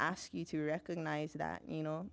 ask you to recognize that you know